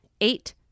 Eight